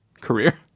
Career